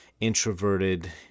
introverted